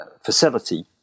facility